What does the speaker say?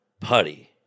Putty